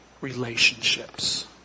relationships